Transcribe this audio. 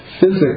physics